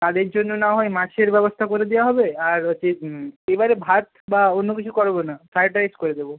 তাদের জন্য না হয় মাছের ব্যবস্থা করে দেওয়া হবে আর হচ্ছে এবারে ভাত বা অন্য কিছু করাব না ফ্রায়েড রাইস করে দেবো